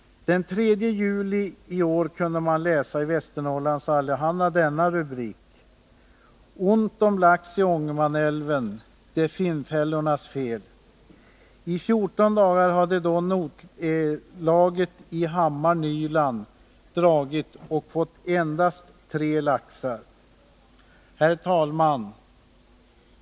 Den 3 juli i år kunde man i Västernorrlands Allehanda läsa denna rubrik: ”Ont om lax i Ångermanälven — Det är finnfällornas fel”. I 14 dagar hade då notlaget i Hammar, Nyland, dragit och fått endast tre laxar. Herr talman!